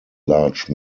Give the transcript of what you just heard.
large